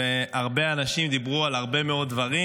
והרבה אנשים דיברו על הרבה מאוד דברים,